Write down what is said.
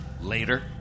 Later